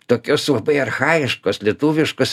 tokios labai archajiškos lietuviškos